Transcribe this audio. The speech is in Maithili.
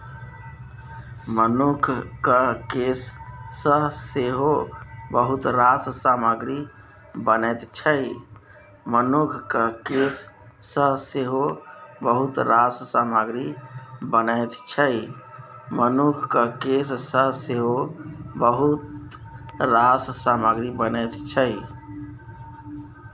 मनुखक केस सँ सेहो बहुत रास सामग्री बनैत छै